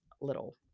Little